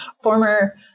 former